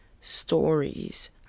stories